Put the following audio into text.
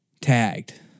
Tagged